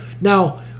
Now